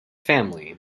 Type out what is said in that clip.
family